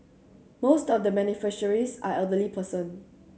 most of the beneficiaries are elderly person